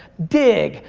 digg,